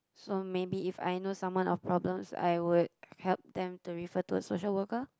so maybe if I know someone of problems I would help them to refer to a social worker